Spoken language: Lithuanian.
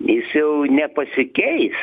jis jau nepasikeis